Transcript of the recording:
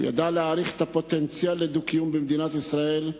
הוא ידע להעריך את הפוטנציאל לדו-קיום במדינת ישראל,